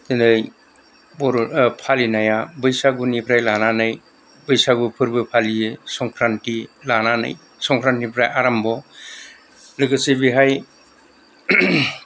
दिनै बर' फालिनाया बैसागुनिफ्राय लानानै बैसागु फोरबो फालियो संक्रान्ति लानानै संक्रान्तिनिफ्राय आरम्भ लोगोसे बेहाय